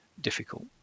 difficult